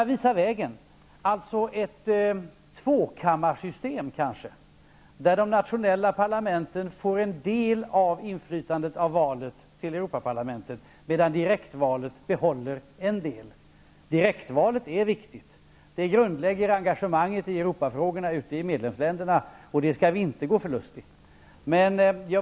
Det handlar alltså kanske om ett tvåkammarsystem, där de nationella parlamenten får en del av inflytandet när det gäller valet till Europaparlamentet, medan direktvalet behåller en del. Direktvalet är viktigt. Det grundlägger engagemanget i Europafrågor i de olika medlemsländerna. Det skall vi inte gå förlustigt.